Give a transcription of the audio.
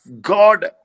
God